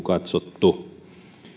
katsottu